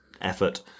effort